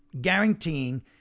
guaranteeing